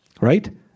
Right